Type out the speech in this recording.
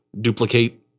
duplicate